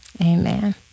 amen